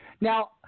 Now